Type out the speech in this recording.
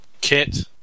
Kit